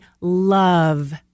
love